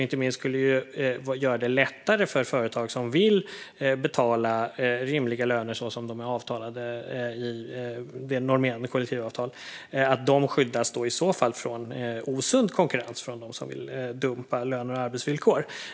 Inte minst skulle det göra det lättare för företag som vill betala rimliga löner, så som de är avtalade i normerande kollektivavtal. De skyddas i så fall från osund konkurrens från dem som vill dumpa löner och arbetsvillkor.